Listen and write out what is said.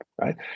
Right